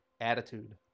attitude